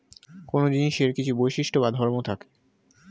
কোন জিনিসের কিছু বৈশিষ্ট্য বা ধর্ম থাকে